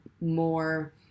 more